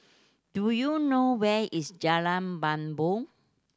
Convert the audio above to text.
do you know where is Jalan Bumbong